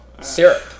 Syrup